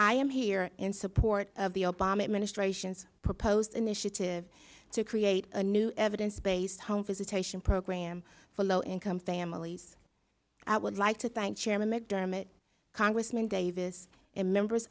i am here in support of the obama administration's proposed initiative to create a new evidence based home visitation program for low income families i would like to thank chairman mcdermott congressman davis and members